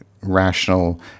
rational